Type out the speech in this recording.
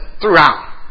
throughout